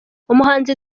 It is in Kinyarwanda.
umuhanzi